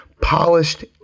polished